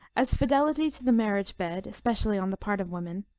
as fidelity to the marriage-bed, especially on the part of woman,